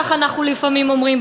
כך אנחנו לפעמים אומרים,